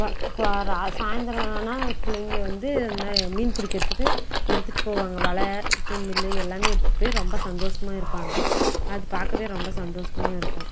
இப்போ இப்போ ரா சாயந்திரம் ஆனா பிள்ளைங்க வந்து இது மாதிரி மீன் பிடிக்கறத்துக்கு எடுத்துட்டு போவாங்க வலை தூண்டிமுள்ளு எல்லாமே எடுத்துகிட்டு போய் ரொம்ப சந்தோசமாக இருப்பாங்க அது பார்க்கவே ரொம்ப சந்தோசமாக இருக்கும்